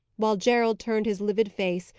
while gerald turned his livid face,